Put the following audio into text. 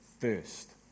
first